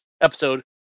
episode